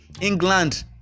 England